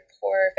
poor